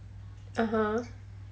(uh huh)